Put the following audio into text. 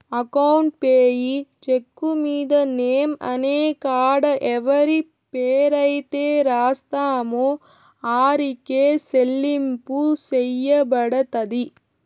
account payee cheque మీద name అనే కాడ ఎవరి పేరైతే రాస్తామో ఆరికే సెల్లింపు సెయ్యబడతది